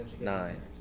Nine